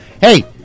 Hey